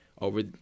over